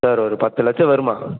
sir ஒரு பத்து லட்சம் வருமா